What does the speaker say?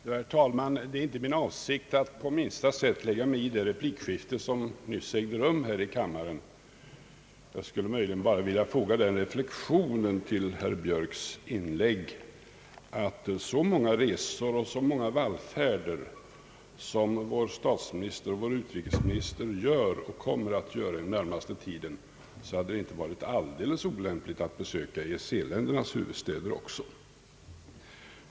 Herr talman! Det är inte min avsikt att på minsta sätt lägga mig i det replikskifte som nyss ägt rum här i kammaren. Jag skulle möjligen bara vilja foga den reflexionen till herr Björks inlägg, att med tanke på de många resor och vallfärder som vår statsminister och vår utrikesminister gör och kommer att göra under den närmaste tiden, så hade det inte varit alldeles olämpligt att besöka EEC-ländernas huvudstäder också.